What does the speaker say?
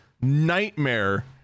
nightmare